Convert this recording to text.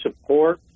support